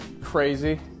crazy